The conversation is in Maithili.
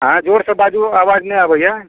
आँय जोर से बाजू आबाज नहि आबैया